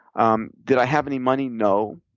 um did i have any money? no.